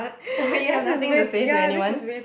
oh ya nothing to say to anyone